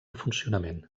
funcionament